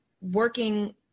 working